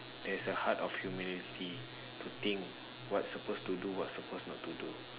there's a heart of humility to think what suppose to do what suppose not to do